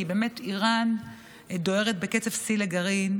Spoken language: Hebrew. כי איראן דוהרת בקצב שיא לגרעין,